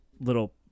little